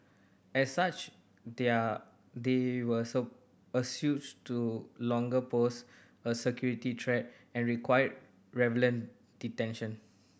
as such they are they were so assessed to no longer pose a security threat and required revenant detention